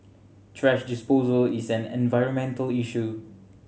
thrash disposal is an environmental issue